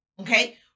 Okay